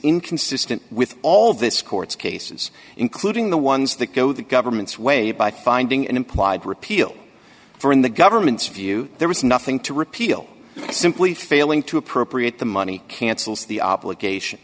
inconsistent with all this court's cases including the ones that go the government's way by finding an implied repeal for in the government's view there is nothing to repeal simply failing to appropriate the money cancels the obligation